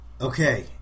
Okay